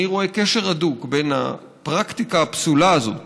אני רואה קשר הדוק בין הפרקטיקה הפסולה הזאת